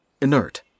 Inert